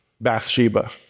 Bathsheba